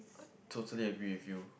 totally agree with you